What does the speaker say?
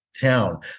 town